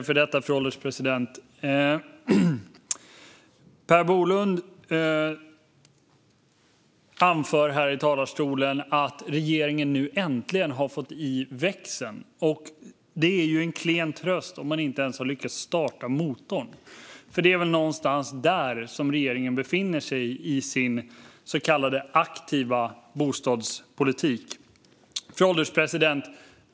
Fru ålderspresident! Per Bolund anför här i talarstolen att regeringen nu äntligen har fått i växeln. Detta är en klen tröst om man inte ens har lyckats starta motorn, för det är någonstans där som regeringen befinner sig i sin så kallade aktiva bostadspolitik. Fru ålderspresident!